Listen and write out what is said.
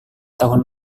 tahun